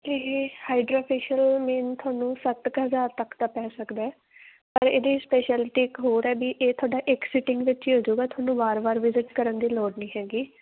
ਅਤੇ hydrafacial mean ਤੁਹਾਨੂੰ ਸੱਤ ਕੁ ਹਜ਼ਾਰ ਤੱਕ ਦਾ ਪੈ ਸਕਦਾ ਪਰ ਇਹਦੀ ਸਪੈਸ਼ਲਿਟੀ ਇੱਕ ਹੋਰ ਹੈ ਵੀ ਇਹ ਤੁਹਾਡਾ ਇੱਕ ਸੀਟਿੰਗ ਵਿੱਚ ਹੀ ਹੋ ਜਾਊਗਾ ਤੁਹਾਨੂੰ ਵਾਰ ਵਾਰ ਵਿਜਿਟ ਕਰਨ ਦੀ ਲੋੜ ਨਹੀਂ ਹੈਗੀ